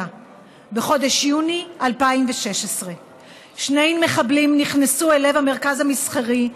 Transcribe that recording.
בחודש יוני 2016. שני מחבלים נכנסו אל לב המרכז המסחרי,